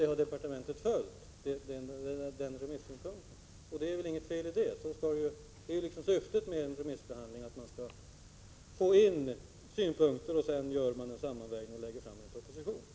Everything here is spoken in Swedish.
Den remissynpunkten har också departementet beaktat, och det är väl inget fel i det. Syftet med en remissbehandling är ju att få in synpunkter, varpå det görs en sammanvägning och framläggs en proposition.